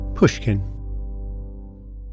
Pushkin